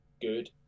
good